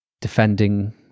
defending